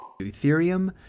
Ethereum